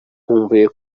nkumbuye